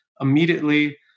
immediately